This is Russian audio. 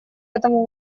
этому